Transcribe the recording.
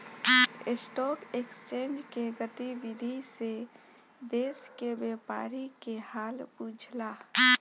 stock exchange के गतिविधि से देश के व्यापारी के हाल बुझला